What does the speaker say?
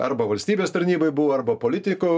arba valstybės tarnyboj buvo arba politiko